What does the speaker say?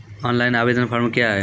Online आवेदन form क्या हैं?